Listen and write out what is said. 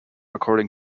according